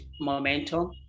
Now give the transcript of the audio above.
momentum